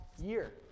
year